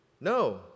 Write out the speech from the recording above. no